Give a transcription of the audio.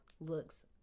looks